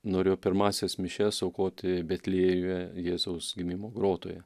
norėjo pirmąsias mišias aukoti betliejuje jėzaus gimimo grotoje